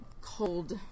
cold